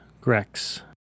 grex